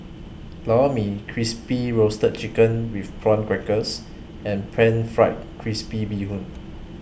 Lor Mee Crispy Roasted Chicken with Prawn Crackers and Pan Fried Crispy Bee Hoon